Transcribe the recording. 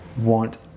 want